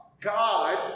God